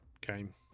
game